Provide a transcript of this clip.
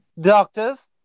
Doctors